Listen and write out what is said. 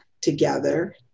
together